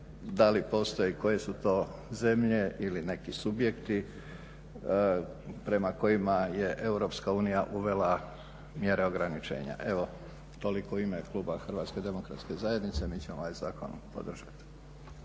da li postoji i koje su to zemlje ili neki subjekti prema kojima je EU uvela mjere ograničenja. Evo, toliko u ime kluba HDZ-a, mi ćemo ovaj zakon podržati.